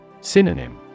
Synonym